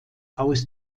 aus